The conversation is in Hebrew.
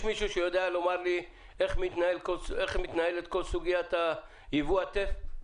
יש מישהו שיודע לומר לי איך מתנהלת כל סוגיית יבוא הטף?